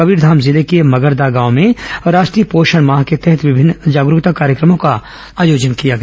कबीरधाम जिले के मगरदा गाँव में राष्ट्रीय पोषण माह के तहत विभिन्न जागरूकता कार्यक्रमों का आयोजन किया गया